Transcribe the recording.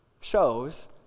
Shows